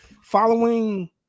following